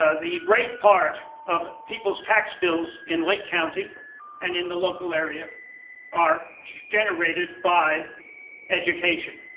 the great part of people's tax bills in lake county and in the local area are generated by education.